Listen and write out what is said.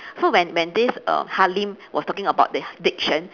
so when when this err harlem was talking about the diction